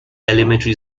elementary